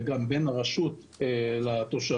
וגם בין הרשות לתושבים.